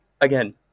Again